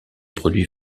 produits